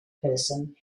person